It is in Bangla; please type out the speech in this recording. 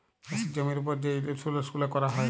চাষের জমির উপর যে ইলসুরেলস গুলা ক্যরা যায়